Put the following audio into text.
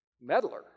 meddler